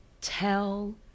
tell